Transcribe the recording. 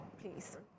please